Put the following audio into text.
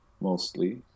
mostly